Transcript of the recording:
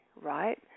right